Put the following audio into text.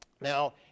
now